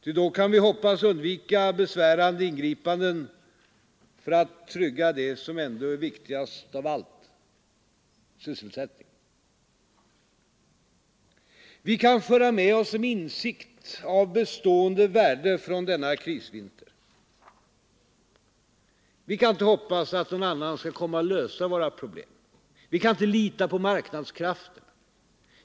Ty då kan vi hoppas undvika besvärande ingripanden för att trygga det som ändå är viktigast av allt: sysselsätt Vi kan föra med oss en insikt av bestående värde från denna krisvinter. Vi kan inte hoppas att någon annan skall komma och lösa våra problem. Vi kan inte lita på marknadskrafterna.